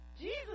Jesus